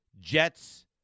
Jets